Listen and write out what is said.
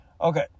okay